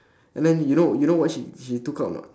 and then you know you know what she she took out or not